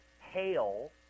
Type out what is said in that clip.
hail